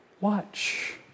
Watch